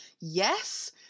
yes